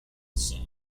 song